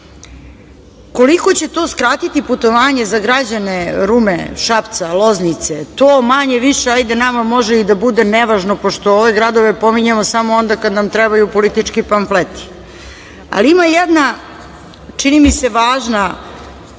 će to skratiti putovanje za građane Rume, Šapca, Loznice, to manje-više nama može i da bude nevažno pošto ove gradove pominjemo samo onda kada nam trebaju politički pamfleti, ali ima jedna čini mi se važna